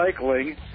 recycling